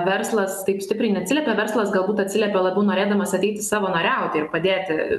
verslas taip stipriai neatsiliepė verslas galbūt atsiliepė labiau norėdamas ateiti savanoriauti ir padėti